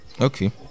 okay